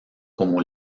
como